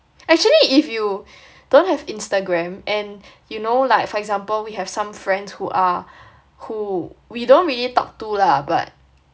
actually if you don't have Instagram and you know like for example we have some friends who are who we don't really talk to lah but